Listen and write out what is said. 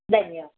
धन्यवादः